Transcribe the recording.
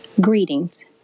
Greetings